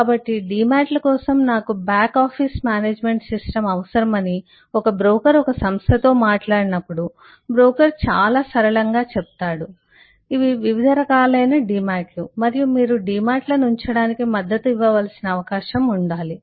కాబట్టి డీమాట్ల కోసం నాకు బ్యాక్ ఆఫీస్ మేనేజ్మెంట్ సిస్టమ్ అవసరమని ఒక బ్రోకర్ ఒక సంస్థతో మాట్లాడినప్పుడు బ్రోకర్ చాలా సరళంగా చెప్తాడు ఇవి వివిధ రకాలైన డీమాట్లు మరియు మీరు డిమాట్లను ఉంచడానికి మద్దతు ఇవ్వవలసిన అవకాశం ఉండాలి